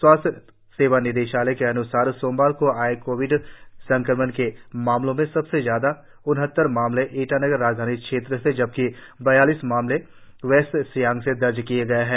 स्वास्थ्य निदेशालय के अनुसार सोमवार को आए कोविड संक्रमण के मामलों में सबसे ज्यादा उनहत्तर मामले ईटानगर राजधानी क्षेत्र से जबकि बयालीस मामले वेस्ट सियांग से दर्ज किए गए हैं